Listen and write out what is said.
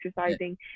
exercising